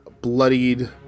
bloodied